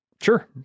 Sure